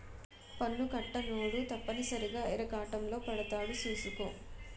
పన్ను కట్టనోడు తప్పనిసరిగా ఇరకాటంలో పడతాడు సూసుకో